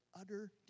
utter